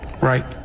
right